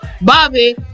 Bobby